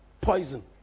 Poison